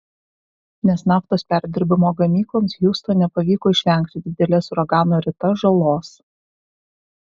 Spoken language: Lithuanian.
nes naftos perdirbimo gamykloms hiūstone pavyko išvengti didelės uragano rita žalos